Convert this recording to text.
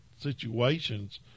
situations